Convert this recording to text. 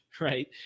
right